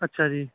ਅੱਛਾ ਜੀ